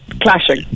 clashing